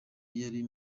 yari